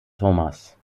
thomas